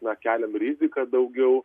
na keliam riziką daugiau